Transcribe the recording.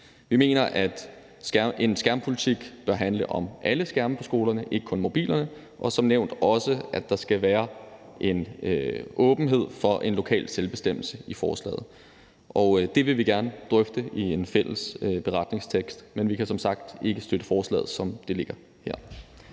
Vi mener, at en skærmpolitik bør handle om alle skærme på skolerne, ikke kun mobilerne, og som nævnt i forslaget, at der også skal være en åbenhed for en lokal selvbestemmelse . Det vil vi gerne drøfte i en fælles beretningstekst. Vi kan som sagt ikke støtte forslaget, som det ligger her.